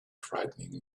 frightening